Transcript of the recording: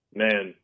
man